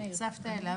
שהצטרפת אליו,